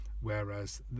whereas